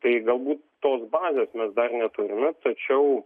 tai galbūt tos bazės mes dar neturime tačiau